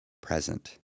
present